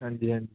ਹਾਂਜੀ ਹਾਂਜੀ